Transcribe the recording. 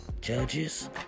Judges